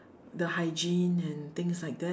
the hygiene and things like that